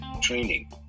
training